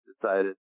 decided